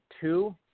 two